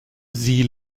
sie